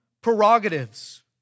prerogatives